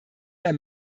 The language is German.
der